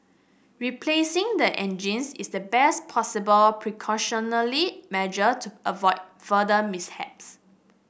replacing the engines is the best possible precautionary measure to avoid further mishaps